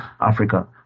Africa